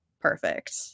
perfect